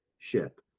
ship